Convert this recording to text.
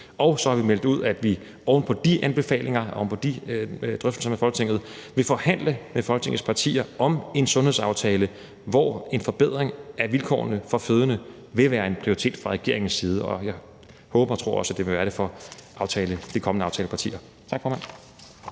Så har vi også meldt ud, at vi oven på de anbefalinger, oven på de drøftelser med Folketinget vil forhandle med Folketingets partier om en sundhedsaftale, hvor en forbedring af vilkårene for fødende vil være en prioritet fra regeringens side, og jeg håber og tror også, at det vil være det for de kommende aftalepartier. Tak, formand.